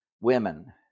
women